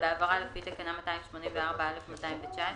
בהעברה לפי תקנה 284(א)- 219